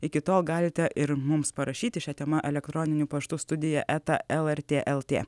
iki tol galite ir mums parašyti šia tema el paštu studija eta lrt el tė